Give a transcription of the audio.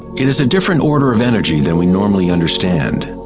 it is a different order of energy than we normally understand.